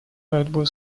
борьбу